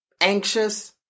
anxious